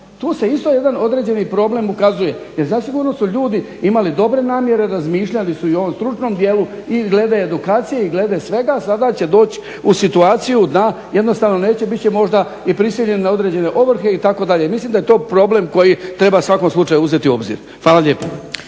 Tu se isto jedan određeni problem ukazuje jer zasigurno su ljudi imali dobre namjere, razmišljali su i o ovom stručnom dijelu i glede edukacije i glede svega. Sada će doći u situaciju da jednostavno neće, bit će možda i prisiljeni na određene ovrhe itd. Mislim da je to problem koji treba u svakom slučaju uzeti u obzir. Hvala lijepo.